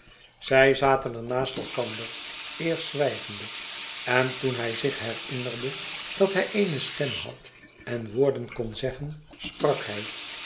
zij zaten er naast elkander eerst zwijgende en toen hij zich herinnerde dat hij eene stem had en woorden kon zeggen sprak hij